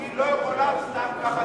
היא לא יכולה סתם כך.